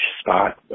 spot